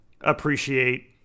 appreciate